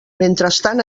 mentrestant